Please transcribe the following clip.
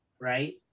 right